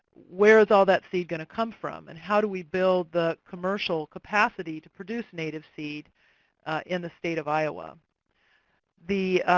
where is all that seed going to come from? and how do we build the commercial capacity to produce native seed in the state of iowa of